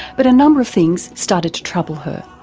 but a number of things started to trouble her.